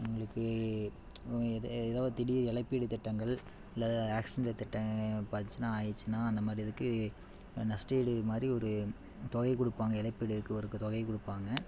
உங்களுக்கு எதா ஏதாவது திடீர் இலப்பீடு திட்டங்கள் இல்லை ஆக்சிடன்ட் திட்ட பிரச்சனை ஆயிடுச்சின்னால் அந்தமாதிரி இதுக்கு நஸ்ட ஈடுமாதிரி ஒரு தொகை கொடுப்பாங்க இழப்பீடுக்கு ஒரு தொகை கொடுப்பாங்க